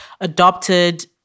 adopted